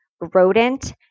rodent